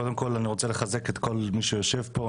קודם כל אני רוצה לחזק את כל מי שיושב פה.